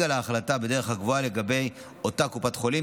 על ההחלטה בדרך הקבועה לגבי אותה קופת חולים,